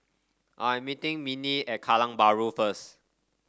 I am meeting Minnie at Kallang Bahru first